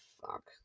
fuck